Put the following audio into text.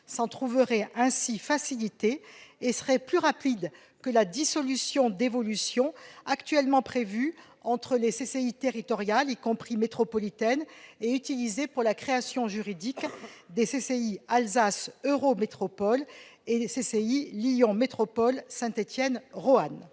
s'en trouverait ainsi facilité et serait plus rapide que la dissolution-dévolution actuellement prévue entre les CCI territoriales, y compris métropolitaines, et utilisée pour la création juridique des CCI Alsace Eurométropole et Lyon Métropole Saint-Etienne Roanne.